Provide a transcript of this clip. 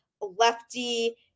lefty